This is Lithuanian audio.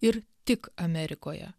ir tik amerikoje